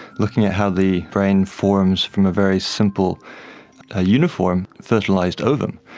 looking at how the brain forms from a very simple ah uniform fertilised ovum.